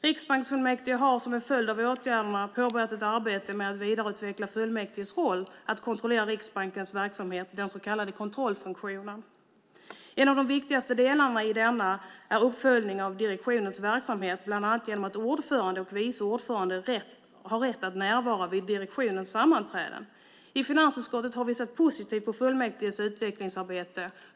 Riksbanksfullmäktige har som en följd av åtgärderna påbörjat ett arbete med att vidareutveckla fullmäktiges roll att kontrollera Riksbankens verksamhet, den så kallade kontrollfunktionen. En av de viktigaste delarna i denna är uppföljningen av direktionens verksamhet, bland annat genom att ordförandens och vice ordförandens rätt att närvara vid direktionens sammanträden. I finansutskottet har vi sett positivt på fullmäktiges utvecklingsarbete.